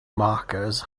markers